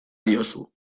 diozu